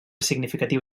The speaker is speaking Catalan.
significatiu